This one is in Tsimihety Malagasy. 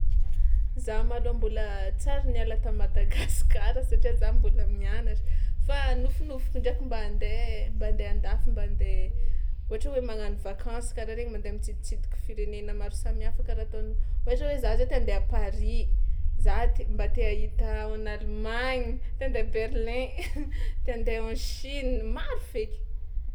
Za malôha mbôla tsary niala tà Madagasikara satria za mbôla mianatra fa nofinofiko ndraiky mba andeha mba andeha an-dafy mba andeha ohatra hoe magnano vakansy karaha regny mandeha mitsiditsidika firenena maro samihafa karaha ataono ohatra hoe za zao ta handeha à Paris za t- mba te hahita en Allemagne, ta handeha Berlin te handeha en Chine maro feky.